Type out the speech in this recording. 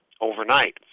overnight